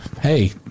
Hey